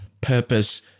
Purpose